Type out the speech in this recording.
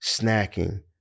snacking